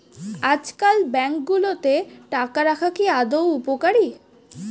আজকাল ব্যাঙ্কগুলোতে টাকা রাখা কি আদৌ উপকারী?